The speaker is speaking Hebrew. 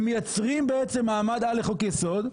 הם מייצרים בעצם מעמד על לחוק יסוד,